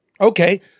Okay